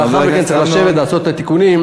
אבל אחר כך נצטרך לשבת לעשות את התיקונים,